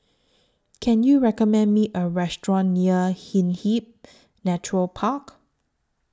Can YOU recommend Me A Restaurant near Hindhede Nature Park